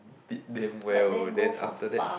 did damn well then after that